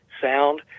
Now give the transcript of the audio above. sound